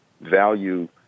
Value